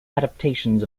adaptations